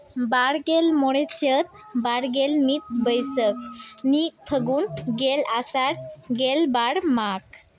ᱵᱟᱨᱜᱮᱞ ᱢᱚᱬᱮ ᱪᱟᱹᱛ ᱵᱟᱨᱜᱮᱞ ᱢᱤᱫ ᱵᱟᱹᱭᱥᱟᱹᱠᱷ ᱢᱤᱫ ᱯᱷᱟᱹᱜᱩᱱ ᱜᱮᱞ ᱟᱥᱟᱲ ᱜᱮᱞᱵᱟᱨ ᱢᱟᱜᱽ